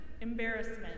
embarrassment